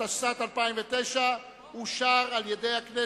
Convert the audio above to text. התשס"ט 2009, נתקבלה.